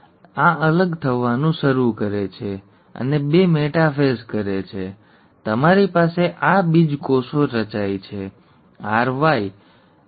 એનાફેઝમાં આ અલગ થવાનું શરૂ કરે છે અને બે મેટાફેઝ કરે છે તમારી પાસે આ બીજકોષો રચાય છે RY અને ry અને તેથી અહીં ગેઈનટ્સ બધા YR અથવા yr બરાબરમાં પરિણમશે